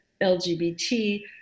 lgbt